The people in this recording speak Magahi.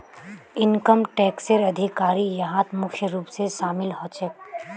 इनकम टैक्सेर अधिकारी यहात मुख्य रूप स शामिल ह छेक